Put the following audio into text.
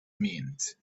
meant